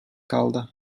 kaldı